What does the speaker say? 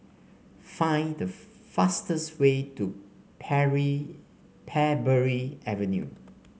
find the fastest way to Pary Parbury Avenue